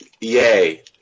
yay